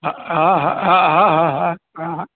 हा हा हा हा हा हा